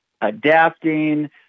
adapting